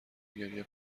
گریه